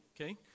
okay